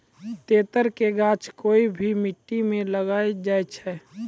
तेतर के गाछ कोय भी मिट्टी मॅ लागी जाय छै